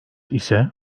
ise